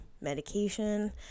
medication